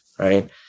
right